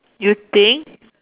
you think